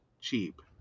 cheap